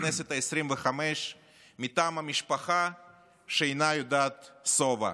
הכנסת העשרים-וחמש מטעם המשפחה שאינה יודעת שובע?